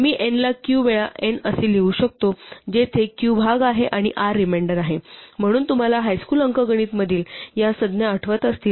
मी N ला q वेळा n असे लिहू शकतो जेथे q भाग आहे आणि r रिमेंडर आहे म्हणून तुम्हाला हायस्कूल अंकगणित मधील या संज्ञा आठवत असतील